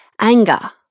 anger